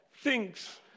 thinks